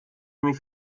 mich